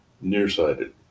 nearsighted